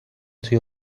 توی